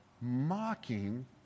mocking